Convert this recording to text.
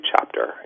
chapter